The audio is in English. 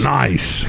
nice